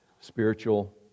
spiritual